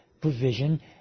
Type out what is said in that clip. provision